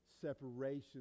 separation